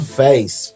face